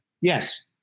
Yes